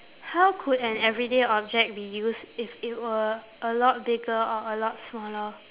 how could an everyday object be used if it were a lot bigger or a lot smaller